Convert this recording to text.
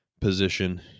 position